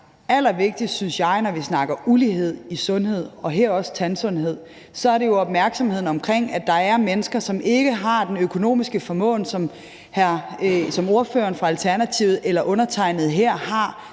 allervigtigst, synes jeg, når vi snakker ulighed i sundhed og her også tandsundhed, er jo opmærksomheden omkring, at der er mennesker, som ikke har den økonomiske formåen, som ordføreren for Alternativet eller undertegnede her har,